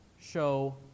show